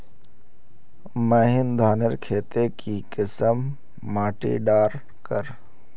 महीन धानेर केते की किसम माटी डार कर?